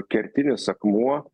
kertinis akmuo